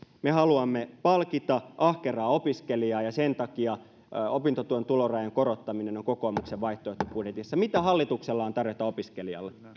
me haluamme palkita ahkeraa opiskelijaa ja sen takia opintotuen tulorajan korottaminen on kokoomuksen vaihtoehtobudjetissa mitä hallituksella on tarjota opiskelijalle